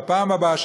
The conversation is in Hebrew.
בפעם הבאה,